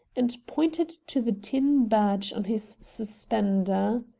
and pointed to the tin badge on his suspender.